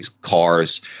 cars